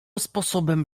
sposobem